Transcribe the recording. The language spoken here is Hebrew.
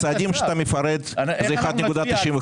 הצעדים שאתה מפרט זה 1.95,